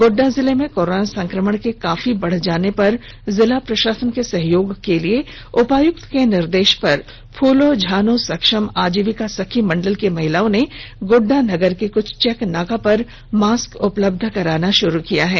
गोड्डा जिले में कोरोना संक्रमण के काफी बढ़ जाने पर जिला प्रशासन के सहयोग के लिए उपायुक्त के निर्देश पर फूलो झानो सक्षम आजीविका सखी मंडल की महिलाओं ने गोड्डा नगर के कुछ चेक नाका पर मास्क उपलब्ध कराना शुरू किया है